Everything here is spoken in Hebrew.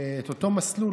את אותו מסלול.